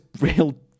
real